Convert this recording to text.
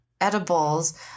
edibles